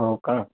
हो का